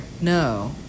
No